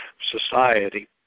society